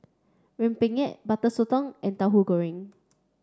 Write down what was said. Rempeyek butter Sotong and Tahu Goreng